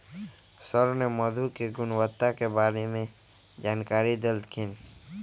sir ने मधु के गुणवत्ता के बारे में जानकारी देल खिन